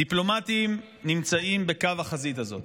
דיפלומטים נמצאים בקו החזית הזאת.